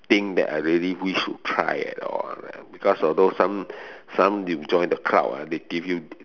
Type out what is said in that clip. thing that I really wish to try at all right because of those some some you join the crowd ah they give you